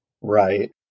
Right